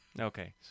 Okay